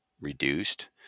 reduced